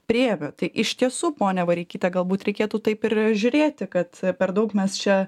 priėmė tai iš tiesų ponia vareikyte galbūt reikėtų taip ir žiūrėti kad per daug mes čia